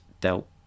dealt